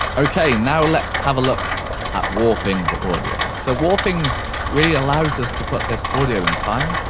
okay, now let's have a look at warping the audio. so warping really allows us to put this audio in time.